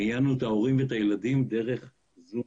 מיינו את ההורים ואת הילדים דרך ה-זום.